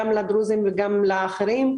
גם לדרוזים וגם לאחרים.